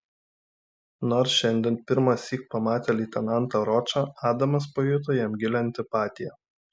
nors šiandien pirmąsyk pamatė leitenantą ročą adamas pajuto jam gilią antipatiją